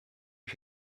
you